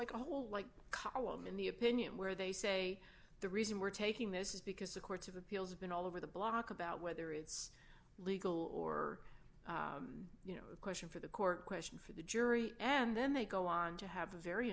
like a whole like column in the opinion where they say the reason we're taking this is because the courts of appeals of been all over the block about whether it's legal or you know of question for the court question for the jury and then they go on to have a very